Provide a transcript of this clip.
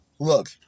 Look